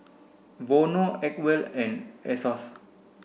Vono Acwell and Asos